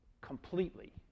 completely